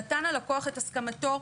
נתן הלקוח את הסכמתו,